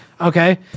okay